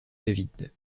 david